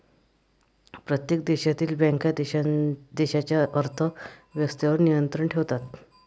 प्रत्येक देशातील बँका देशाच्या अर्थ व्यवस्थेवर नियंत्रण ठेवतात